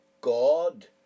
God